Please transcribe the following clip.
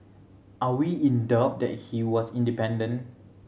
are we in doubt that he was independent